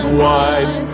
wide